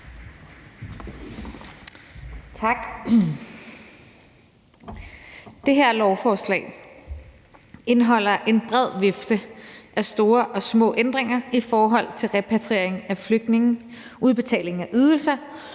Tak. Det her lovforslag indeholder en bred vifte af store og små ændringer i forhold til repatriering af flygtninge, udbetaling af ydelser,